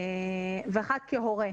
וכובע שני כהורה,